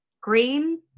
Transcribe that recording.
green